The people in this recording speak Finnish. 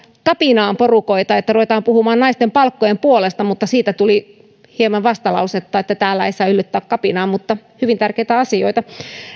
kapinaan porukoita että ruvetaan puhumaan naisten palkkojen puolesta mutta siitä tuli hieman vastalausetta että täällä ei saa yllyttää kapinaan hyvin tärkeitä asioita